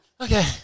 Okay